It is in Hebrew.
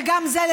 וגם זה,